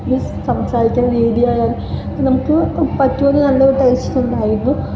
means സംസാരിക്കണ രീതിയായാലും നമുക്ക് പറ്റോന്ന് നല്ലോരു ടെൻഷനുണ്ടായിരുന്നു